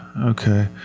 okay